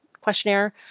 questionnaire